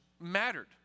mattered